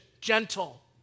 gentle